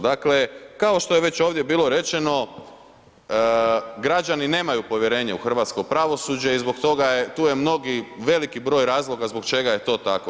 Dakle, kao što je već ovdje bilo rečeno, građani nemaju povjerenje u hrvatsko pravosuđe i zbog toga, tu je mnogi, veliki broj razloga zbog čega je to tako.